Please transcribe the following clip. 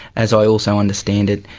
as i also understand it,